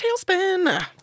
tailspin